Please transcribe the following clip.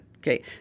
Okay